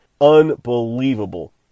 unbelievable